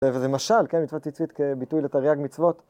וזה משל, כן, מצוות ציצית כביטוי לתרי"ג מצוות